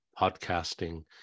podcasting